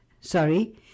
Sorry